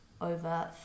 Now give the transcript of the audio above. over